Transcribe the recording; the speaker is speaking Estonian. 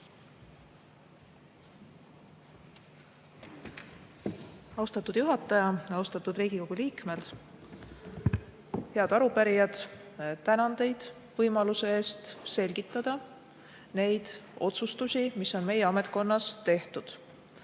Austatud juhataja! Austatud Riigikogu liikmed! Head arupärijad! Tänan teid võimaluse eest selgitada neid otsustusi, mis on meie ametkonnas tehtud.